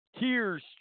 Tears